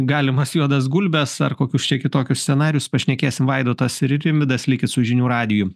galimas juodas gulbes ar kokius čia kitokius scenarijus pašnekėsim vaidotas ir rimvydas likit su žinių radiju